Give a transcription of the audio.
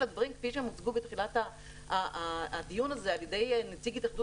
הדברים כפי שהם הוצגו בתחילת הדיון הזה על ידי נציג התאחדות